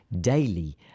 daily